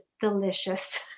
delicious